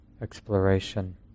exploration